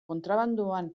kontrabandoan